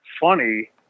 funny